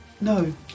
No